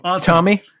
Tommy